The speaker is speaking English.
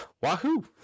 Wahoo